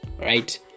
right